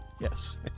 Yes